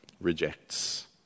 rejects